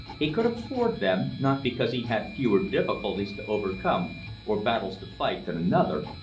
he could afford them, not because he had fewer difficulties to overcome or battles to fight than another,